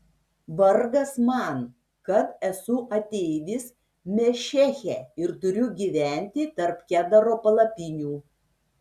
vargas man kad esu ateivis mešeche ir turiu gyventi tarp kedaro palapinių